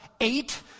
eight